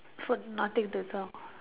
food nothing to talk